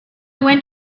went